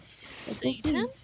Satan